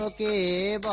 ah da but